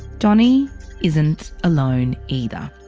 johnny's isn't alone either.